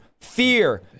fear